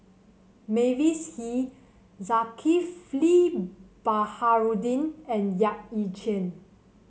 Mavis Hee Zulkifli Baharudin and Yap Ee Chian